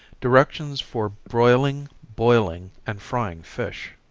directions for broiling, boiling and frying fish.